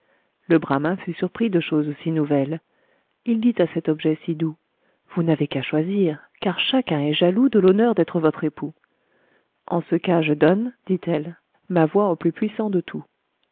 le bramin fut surpris de chose si nouvelle il dit à cet objet si doux vous n'avez qu'à choisir car chacun est jaloux de l'honneur d'être votre époux en ce cas je donne dit-elle ma voix au plus puissant de tous